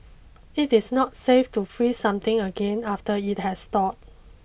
it is not safe to freeze something again after it has thawed